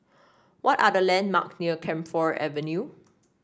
what are the landmark near Camphor Avenue